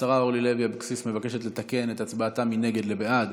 השרה אורלי לוי אבקסיס מבקשת לתקן את הצבעתה מנגד לבעד.